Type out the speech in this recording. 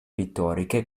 pittoriche